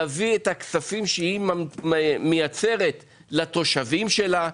להביא את הכספים שהיא מייצרת לתושבים שלה,